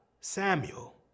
Samuel